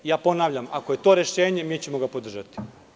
Ja ponavljam – ako je to rešenje, mi ćemo ga podržati.